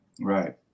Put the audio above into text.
Right